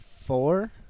Four